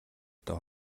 дөө